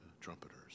trumpeters